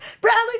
Bradley